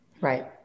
Right